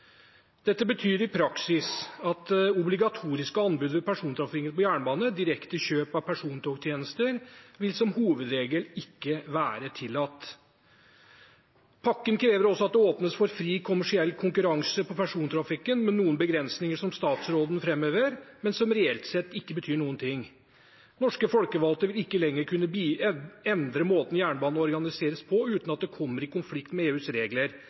Dette betyr i praksis at obligatoriske anbud ved persontrafikken på jernbane, direkte kjøp av persontogtjenester, som hovedregel ikke vil være tillatt. Pakken krever også at det åpnes for fri kommersiell konkurranse på persontrafikken, med noen begrensninger som statsråden framhever, men som reelt sett ikke betyr noen ting. Norske folkevalgte vil ikke lenger kunne endre måten jernbanen organiseres på, uten at det kommer i konflikt med EUs regler